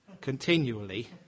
continually